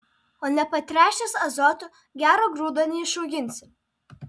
o nepatręšęs azotu gero grūdo neišauginsi